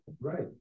Right